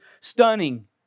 stunning